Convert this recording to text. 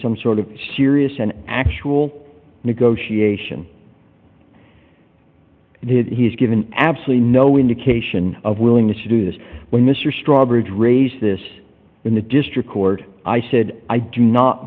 some sort of serious and actual negotiation he's given absolutely no indication of willingness to do this when mr strobridge raised this in the district court i said i do not